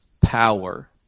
power